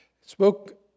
Spoke